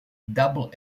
double